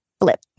Flip